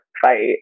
fight